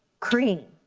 cream,